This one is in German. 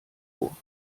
vor